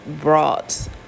brought